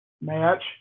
match